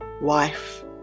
wife